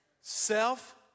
Self